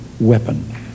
weapon